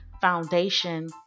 foundation